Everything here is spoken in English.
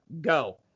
go